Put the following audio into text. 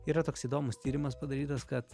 yra toks įdomus tyrimas padarytas kad